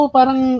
Parang